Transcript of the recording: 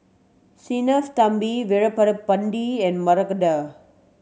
Sinnathamby Veerapandiya and Mahade